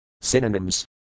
Synonyms